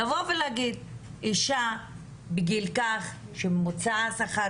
ולומר שאישה בגיל מסוים עם ממוצע שכר